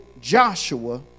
Joshua